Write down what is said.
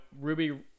Ruby